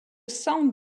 sound